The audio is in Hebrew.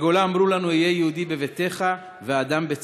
בגולה אמרו לנו: היה יהודי בביתך ואדם בצאתך,